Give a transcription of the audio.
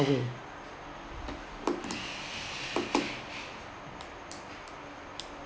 way